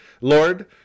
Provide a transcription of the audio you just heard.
Lord